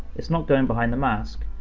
it's not going behind the mask.